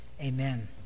amen